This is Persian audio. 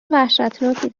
وحشتناکی